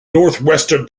northwestern